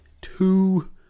two